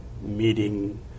meeting